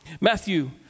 Matthew